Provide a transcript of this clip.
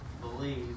believe